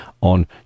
on